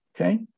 okay